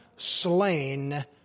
slain